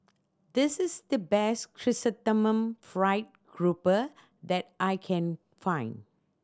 this is the best Chrysanthemum Fried Grouper that I can find